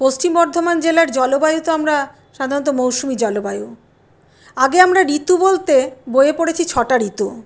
পশ্চিম বর্ধমান জেলার জলবায়ু তো আমরা সাধারণত মৌসুমী জলবায়ু আগে আমরা ঋতু বলতে বইয়ে পড়েছি ছটা ঋতু